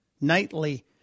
nightly